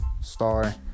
star